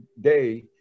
day